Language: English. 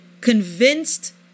convinced